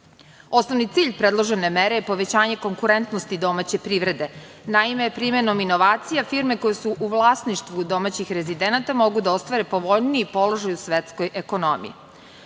godini. Osnovni cilj predložene mere je povećanje konkurentnosti domaće privrede. Naime, primenom inovacija firme koje su u vlasništvu domaćih rezidenata mogu da ostvare povoljniji položaj u svetskoj ekonomiji.U